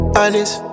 honest